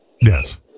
Yes